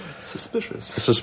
Suspicious